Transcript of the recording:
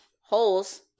holes